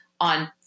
on